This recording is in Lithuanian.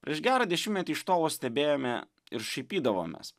prieš gerą dešimtmetį iš tolo stebėjome ir šaipydavomės